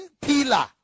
pillar